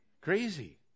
Crazy